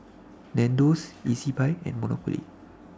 Nandos Ezbuy and Monopoly